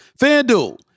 FanDuel